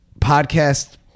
podcast